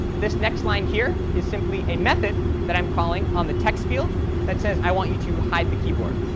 this next line here is simply a method that i'm calling on the text field that says i want you to hide the keyboard.